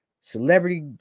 celebrity